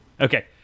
Okay